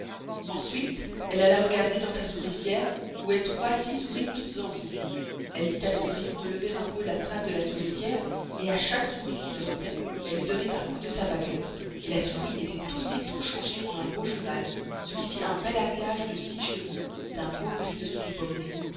ensuite elle alla regarder dans sa sourissiere où elle trouva six souris toutes en vie elle dit à cendrillon de lever un peu la trappe de la sourissiere à chaque souris qui sortoit elle luy donnoit un coup de sa baguette la souris estoit aussi tost changée en un beau cheval ce qui fit un bel attelage de six chevaux d'un beau gris de souris